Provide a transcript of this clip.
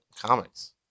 comics